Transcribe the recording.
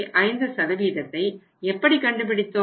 5ஐ எப்படி கண்டுபிடித்தோம்